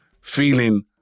feeling